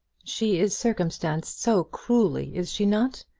she is circumstanced so cruelly! is she not?